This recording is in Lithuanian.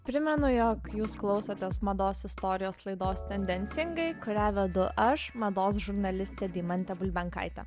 primenu jog jūs klausotės mados istorijos laidos tendencingai kurią vedu aš mados žurnalistė deimantė bulbenkaitė